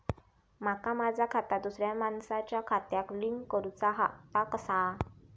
माका माझा खाता दुसऱ्या मानसाच्या खात्याक लिंक करूचा हा ता कसा?